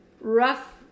rough